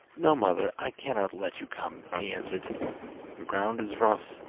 no, mother, i cannot let you come he answered the ground is rough,